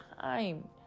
time